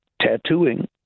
tattooing